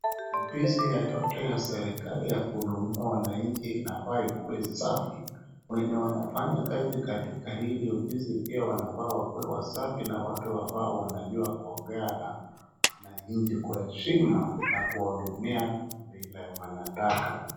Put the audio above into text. Ofisi yoyote ya serikli ya kuhudumia wananchi inafaa ikuwe safi. Wenye wanafanyakazi katika hii ofisi wanafaa pia wakuwe wasafi na watu ambao wanajua kuongea na wananchi kwa heshima na kuwahudumia vile wanataka.